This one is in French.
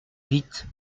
vite